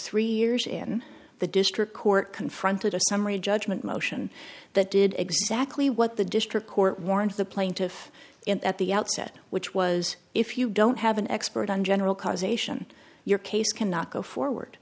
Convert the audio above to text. three years in the district court confronted a summary judgment motion that did exactly what the district court warrant the plaintiff in at the outset which was if you don't have an expert on general causation your case cannot go forward